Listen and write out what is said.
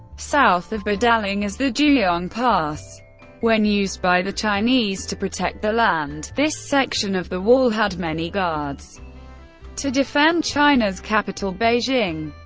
south of badaling is the juyong pass when used by the chinese to protect their land, this section of the wall had many guards to defend china's capital beijing.